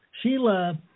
Sheila